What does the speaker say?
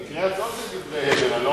במקרה הטוב זה דברי הבל.